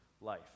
life